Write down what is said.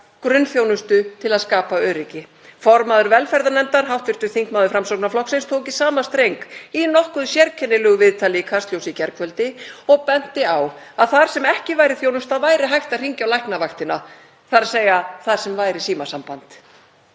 grunnþjónustu til að skapa öryggi. Formaður velferðarnefndar, hv. þingmaður Framsóknarflokksins, tók í sama streng í nokkuð sérkennilegu viðtali í Kastljósi í gærkvöldi og benti á að þar sem ekki væri þjónusta væri hægt að hringja á læknavaktina, þ.e. þar sem væri símasamband.